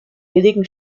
billigen